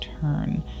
turn